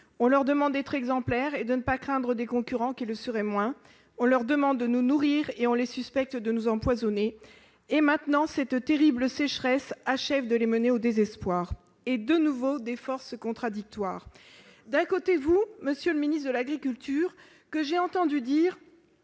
On leur demande d'être exemplaires, sans craindre des concurrents qui le seraient moins ; on leur demande de nous nourrir, et on les suspecte de nous empoisonner. Et maintenant, cette terrible sécheresse achève de les mener au désespoir. De nouveau, des forces contradictoires se manifestent. D'un côté, il y a vous, monsieur le ministre de l'agriculture, que j'ai entendu dire